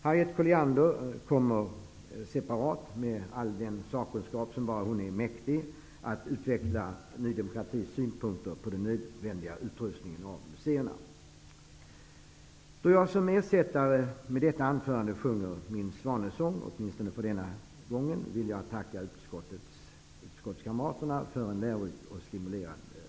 Harriet Colliander kommer separat med all den sakkunskap som bara hon är mäktig att utveckla Ny demokratis synpunkter på den nödvändiga upprustningen av museerna. Då jag som ersättare med detta anförande sjunger min svanesång, åtminstone för denna gång, vill jag tacka utskottskamraterna för en lärorik och stimulerande tid.